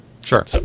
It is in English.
Sure